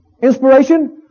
inspiration